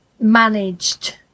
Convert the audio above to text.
managed